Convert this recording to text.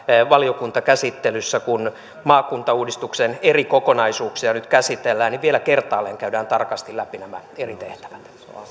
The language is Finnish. valiokuntakäsittelyssä kun maakuntauudistuksen eri kokonaisuuksia nyt käsitellään vielä kertaalleen käydään tarkasti läpi nämä eri tehtävät